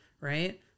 right